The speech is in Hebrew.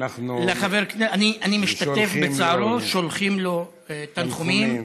שולחים לו, אני משתתף בצערו, ושולחים לו תנחומים,